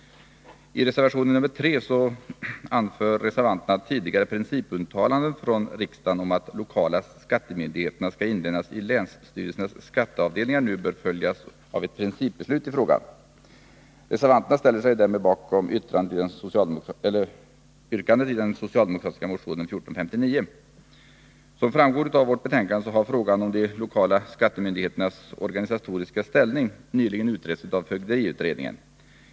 I reservation nr 3 anför reservanterna att tidigare principuttalanden från riksdagen om att de lokala skattemyndigheterna skall inlemmas i länsstyrelsernas skatteavdelningar nu bör följas av ett principbeslut i frågan. Reservanterna ställer sig därmed bakom yrkandet i den socialdemokratiska motionen 1459. Som framgår av betänkandet har frågan om de lokala skattemyndigheternas organisatoriska ställning nyligen utretts av fögderiutredningen.